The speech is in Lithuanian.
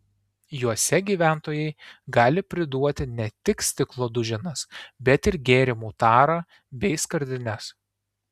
juose gyventojai gali priduoti ne tik stiklo duženas bet ir gėrimų tarą bei skardines